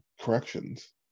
corrections